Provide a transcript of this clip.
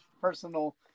personal